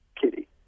Kitty